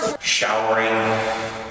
Showering